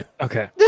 Okay